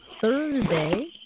Thursday